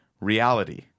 Reality